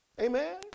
Amen